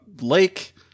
lake